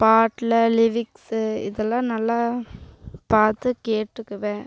பாட்டில் lyrics இதுல்லாம் நல்லா பாத்து கேட்டுக்குவேன்